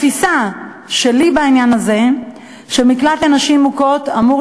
התפיסה שלי בעניין הזה היא שמקלט לנשים מוכות אמור